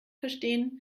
verstehen